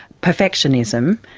perfectionism,